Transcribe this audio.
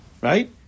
right